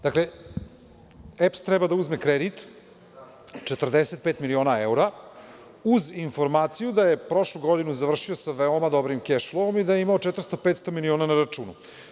Dakle, EPS treba da uzme kredit, 45 miliona evra, uz informaciju da je prošlu godinu završio sa veoma dobrim „keš flouom“ i da je imao 400, 500 miliona na računu.